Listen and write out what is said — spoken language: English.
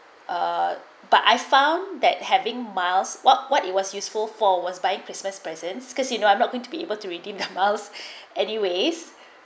uh but I found that having miles what what it was useful fall was buying christmas presents because you know I'm not going to be able to redeem the mouse anyways